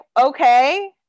okay